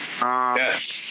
Yes